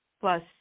plus